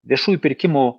viešųjų pirkimų